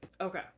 Okay